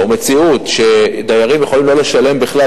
או מציאות שדיירים יכולים לא לשלם בכלל,